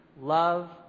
love